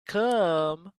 come